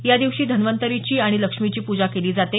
या दिवशी धन्वंतरीची आणि लक्ष्मीची पूजा केली जाते